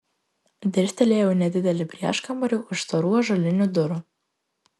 dirstelėjau į nedidelį prieškambarį už storų ąžuolinių durų